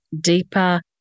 deeper